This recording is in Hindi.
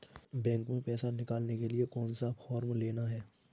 बैंक में पैसा निकालने के लिए कौन सा फॉर्म लेना है?